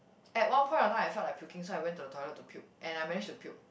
at one point of time I felt like puking so I went to the toilet to puke and I manage to puke